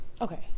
Okay